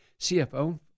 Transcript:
CFO